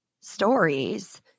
stories